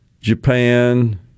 Japan